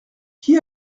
qui